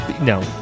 no